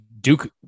Duke